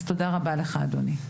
אז תודה רבה לך, אדוני.